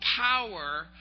power